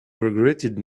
regretted